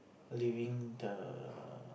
living the